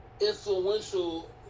influential